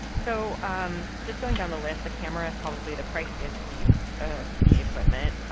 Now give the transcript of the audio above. so um just going down the list, the camera is probably the priciest piece of the equipment,